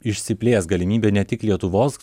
išsiplės galimybė ne tik lietuvos